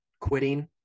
quitting